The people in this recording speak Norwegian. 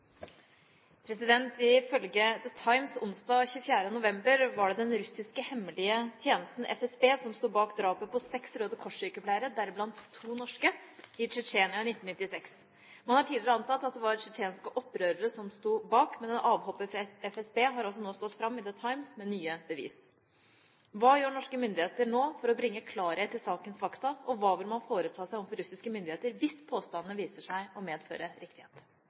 Times onsdag 24. november var det den russiske hemmelige tjenesten FSB som sto bak drapet på seks Røde Kors-sykepleiere, deriblant to norske, i Tsjetsjenia i 1996. Man har tidligere antatt at tsjetsjenske opprørere sto bak, men en avhopper fra FSB har altså nå stått fram i The Times med nye bevis. Hva gjør norske myndigheter nå for å bringe klarhet i sakens fakta, og hva vil man foreta seg overfor russiske myndigheter hvis påstandene viser seg å medføre riktighet?»